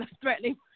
Threatening